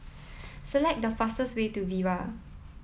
select the fastest way to Viva